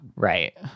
right